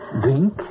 Drink